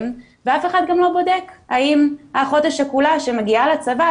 ואף אחד גם לא בודק האם האחות השכולה שמגיעה לצבא,